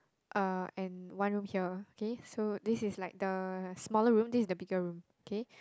uh and one room here K so this is like the smaller room this is the bigger room K